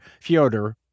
Fyodor